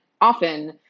often